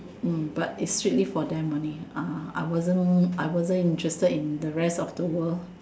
but it's strictly for them only I wasn't I wasn't interested in the rest of the world